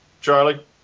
Charlie